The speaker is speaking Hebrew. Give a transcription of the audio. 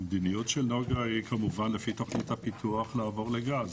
המדיניות של נגה היא לעבור לגז,